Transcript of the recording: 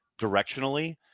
directionally